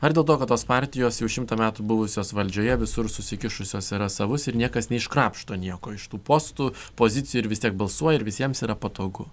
ar dėl to kad tos partijos jau šimtą metų buvusios valdžioje visur susikišusios yra savus ir niekas neiškrapšto nieko iš tų postų pozicijų ir vis tiek balsuoja ir visiems yra patogu